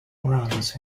runs